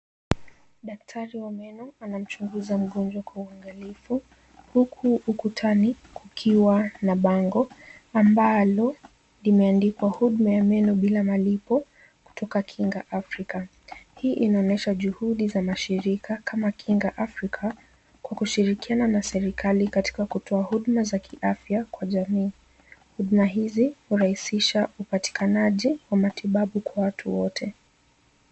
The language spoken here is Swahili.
Daktari wa meno anamchunguza mgonjwa kwa uangalifu huku ukutani kukiwa na bango ambalo limeandikwa huduma ya meno bila malipo kutoka Kinga Afrika. Hii inaonyesha juhudi za mashirika kama Kinga Afrika kwa kushirikiana na serikali katika kutoa huduma za kiafya kwa jamii. Huduma hizi hurahisisha upatikanaji wa matibabu kwa watu wote.